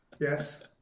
Yes